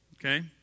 okay